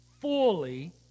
fully